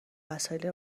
وسایل